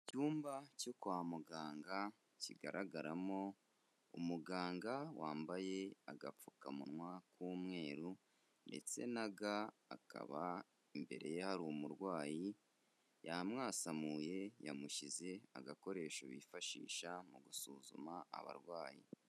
Icyumba cyo kwa muganga kigaragaramo umuganga wambaye agapfukamunwa k'umweru ndetse na ga, akaba imbere ye hari umurwayi, yamwasamuye yamushyize agakoresho bifashisha mu gusuzuma abarwayi.